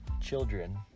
children